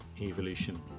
Evolution